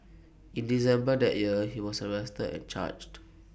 in December that year he was arrested and charged